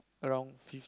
around fifth